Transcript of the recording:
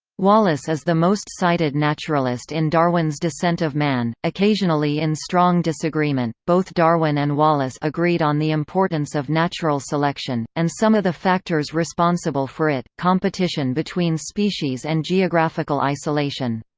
wallace is the most-cited naturalist in darwin's descent of man, occasionally in strong disagreement both darwin and wallace agreed on the importance of natural selection, and some of the factors responsible for it competition between species and geographical isolation.